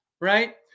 right